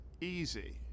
easy